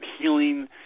healing